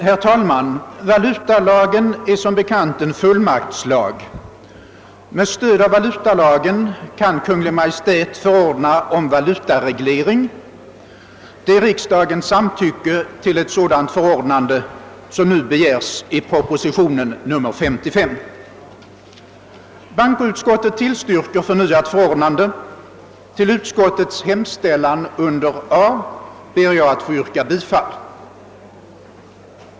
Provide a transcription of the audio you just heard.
Herr talman! Valutalagen är som bekant en fullmaktslag, och med stöd av den lagen kan Kungl. Maj:t förordna om valutareglering. Det är riksdagens samtycke till sådant förordnande som nu begäres i proposition nr 55. Bankoutskottets majoritet har tillstyrkt förnyat förordnande, och jag ber att få yrka bifall till utskottets hemställan under A.